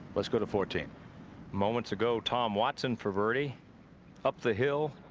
let's go to fourteen moments ago tom watson for birdie up the hill.